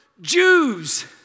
Jews